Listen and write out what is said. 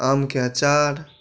आमके अँचार